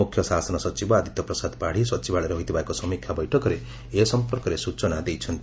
ମୁଖ୍ୟ ଶାସନ ସଚିବ ଆଦିତ୍ୟ ପ୍ରସାଦ ପାତ୍ତୀ ସଚିବାଳୟରେ ହୋଇଥିବା ଏକ ସମୀକ୍ଷା ବୈଠକରେ ଏ ସମ୍ମର୍କରେ ସ୍ଚନା ଦେଇଛନ୍ତି